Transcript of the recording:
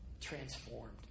transformed